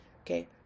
Okay